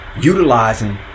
Utilizing